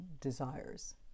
desires